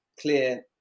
clear